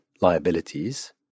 liabilities